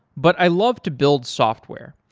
but i love to build software.